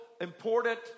important